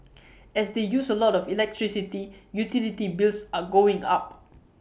as they use A lot of electricity utility bills are going up